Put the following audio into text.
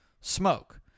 smoke